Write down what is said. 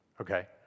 okay